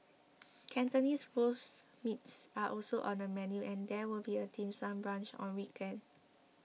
Cantonese Roast Meats are also on the menu and there will be a dim sum brunch on weekends